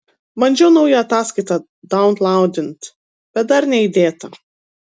bandžiau naują ataskaitą daunlaudint bet dar neįdėta